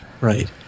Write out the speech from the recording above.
Right